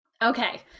Okay